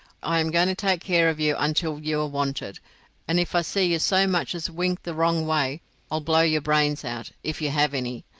i am going to take care of you until you are wanted and if i see you so much as wink the wrong way i'll blow your brains out, if you have any.